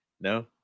No